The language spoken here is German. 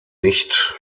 nicht